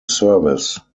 service